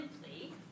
simply